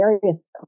various